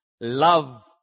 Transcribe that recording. love